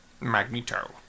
Magneto